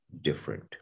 different